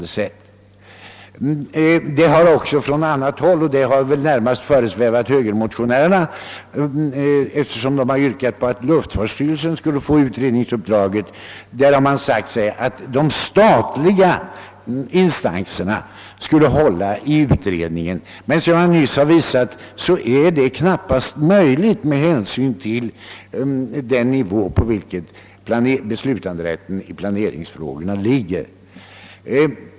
Det har från annat håll — det är väl närmast detta som föresvävat högermotionärerna eftersom de yrkat att luftfartsstyrelsen skulle få utredningsuppdraget — framförts önskemål om att de statliga instanserna skulle hålla i utredningen. Men som jag nyss visat är detta knappast möjligt med hänsyn till den nivå, på vilken beslutanderätten i pla neringsfrågorna ligger.